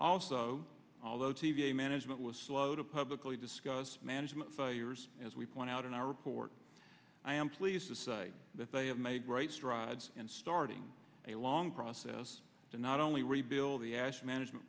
also although t v management was slow to publicly discuss management failures as we point out in our report i am pleased to say that they have made great strides in starting a long process to not only rebuild the ash management